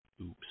Oops